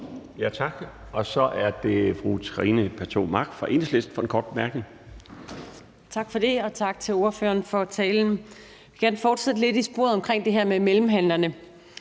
Tak. Så er det fru Trine Pertou Mach fra Enhedslisten for en kort bemærkning. Kl. 12:29 Trine Pertou Mach (EL): Tak for det, og tak til ordføreren for talen. Jeg vil gerne fortsætte lidt i sporet omkring det her med mellemhandlerne.